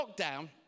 lockdown